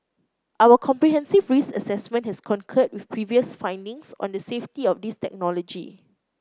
our comprehensive risk assessment has concurred with previous findings on the safety of this technology